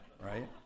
right